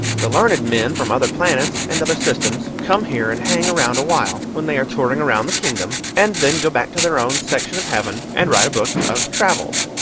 the learned men from other planets and other systems come here and hang around a while, when they are touring around the kingdom, and then go back to their own section of heaven and write a book of travels,